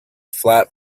flap